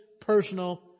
personal